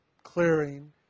clearing